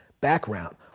background